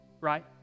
right